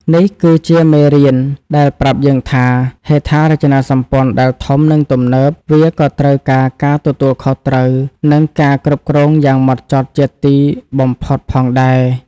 នេះគឺជាមេរៀនដែលប្រាប់យើងថា ហេដ្ឋារចនាសម្ព័ន្ធដែលធំ និងទំនើប វាក៏ត្រូវការការទទួលខុសត្រូវ និងការគ្រប់គ្រងយ៉ាងហ្មត់ចត់ជាទីបំផុតផងដែរ។